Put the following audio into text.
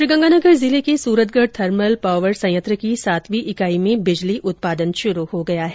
श्रीगंगानगर जिले के Suratgarh thermal power संयंत्र की सातवीं इकाई में बिजली उत्पादन शुरू हो गया है